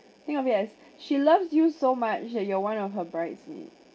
think of it as she loves you so much that you are one of her bridesmaid